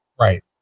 Right